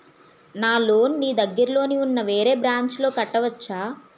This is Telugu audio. నా లోన్ నీ దగ్గర్లోని ఉన్న వేరే బ్రాంచ్ లో కట్టవచా?